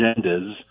agendas